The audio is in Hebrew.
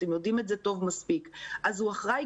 אתם יודעים את זה טוב מספיק - אז הוא אחראי